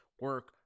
Work